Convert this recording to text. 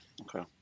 Okay